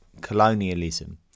colonialism